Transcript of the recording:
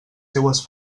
seues